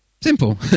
Simple